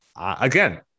again